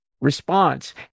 response